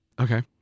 Okay